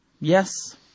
yes